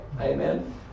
Amen